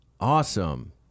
awesome